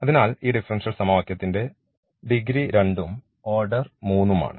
അതിനാൽ ഈ ഡിഫറൻഷ്യൽ സമവാക്യത്തിന്റെ ഡിഗ്രി രണ്ടും ഓർഡർ മൂന്നും ആണ്